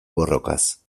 borrokaz